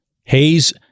Hayes